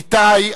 איתי,